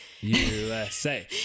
usa